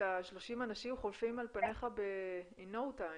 30 אנשים חולפים על פניך in no time.